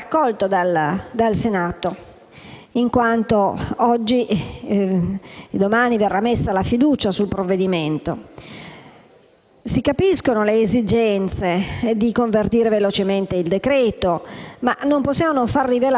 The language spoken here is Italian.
Si capiscono le esigenze di convertire velocemente il decreto-legge, ma non possiamo non rilevare, come peraltro ha già fatto il Presidente della Commissione bilancio, che il Senato ha votato la fiducia sulla legge di bilancio